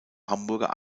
hamburger